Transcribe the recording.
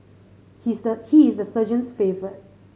he's the he is the sergeant's favourite